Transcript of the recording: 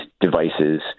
devices